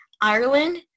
Ireland